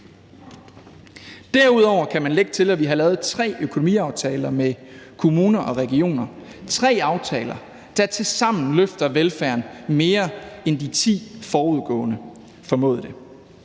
Derudover kan man lægge til, at vi har lavet tre økonomiaftaler med kommuner og regioner. Det er tre aftaler, der tilsammen løfter velfærden mere, end de ti forudgående formåede det.